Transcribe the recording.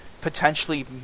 potentially